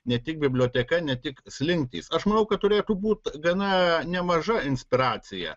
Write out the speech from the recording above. ne tik biblioteka ne tik slinktys aš manau kad turėtų būt gana nemaža inspiracija